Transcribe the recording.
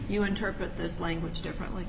you interpret this language differently